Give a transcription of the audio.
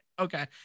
okay